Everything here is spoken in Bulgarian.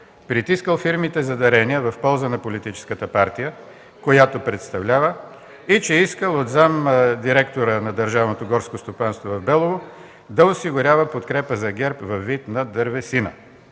притискал фирмите за дарения в полза на политическата партия, която представлява и че искал от заместник-директора на Държавното горско стопанство в Белово да осигурява подкрепа за ГЕРБ във вид на дървесина.